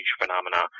phenomena